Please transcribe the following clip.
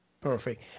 Perfect